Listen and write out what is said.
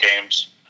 games